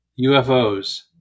UFOs